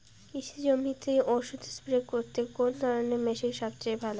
কৃষি জমিতে ওষুধ স্প্রে করতে কোন ধরণের মেশিন সবচেয়ে ভালো?